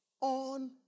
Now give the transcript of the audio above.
on